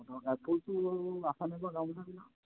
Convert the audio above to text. আচ্ছা ফুলটো আছেনে বাৰু গামোচাবিলাকত